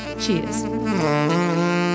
Cheers